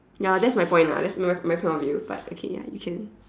ya that's my point lah that's my my point of view but okay ya you can